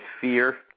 fear